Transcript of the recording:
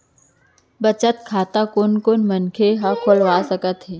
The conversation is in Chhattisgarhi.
बचत खाता कोन कोन मनखे ह खोलवा सकत हवे?